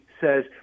says